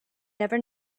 never